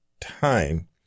time